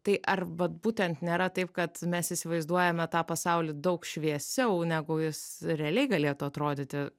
tai ar vat būtent nėra taip kad mes įsivaizduojame tą pasaulį daug šviesiau negu jis realiai galėtų atrodyti